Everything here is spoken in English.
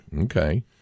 Okay